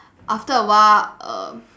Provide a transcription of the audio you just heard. after awhile err